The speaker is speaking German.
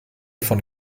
von